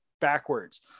backwards